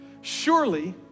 Surely